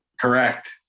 Correct